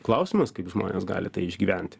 klausimas kaip žmonės gali tai išgyventi